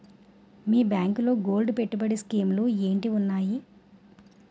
మీ బ్యాంకులో గోల్డ్ పెట్టుబడి స్కీం లు ఏంటి వున్నాయి?